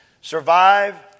survive